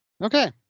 Okay